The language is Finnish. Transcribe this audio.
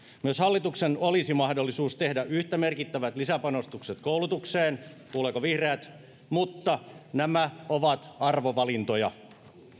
myös hallituksen olisi mahdollisuus tehdä yhtä merkittävät lisäpanostukset koulutukseen kuuleeko vihreät mutta nämä ovat arvovalintoja